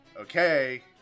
okay